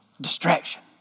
Distraction